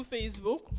Facebook